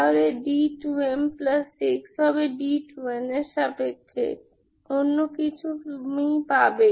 তাহলে d2m6 হবে d2n এর সাপেক্ষে অন্য কিছু তুমি পাবে